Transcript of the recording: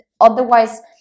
otherwise